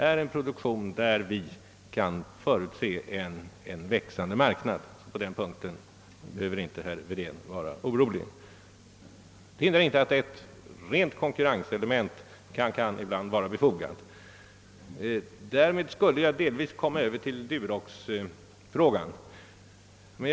Men detta hindrar inte att dei ibland kan vara befogat att föra in ett rent konkurrenselement. Därmed kommer jag delvis in på Duroxfrågan.